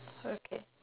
okay